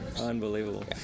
Unbelievable